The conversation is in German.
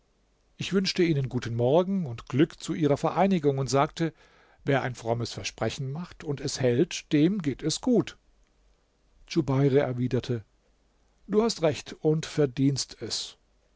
ich wünschte ihnen guten morgen und glück zu ihrer vereinigung und sagte wer ein frommes versprechen macht und es hält dem geht es gut djubeir erwiderte du hast recht und verdienst es